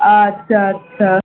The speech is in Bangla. আচ্ছা আচ্ছা